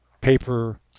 paper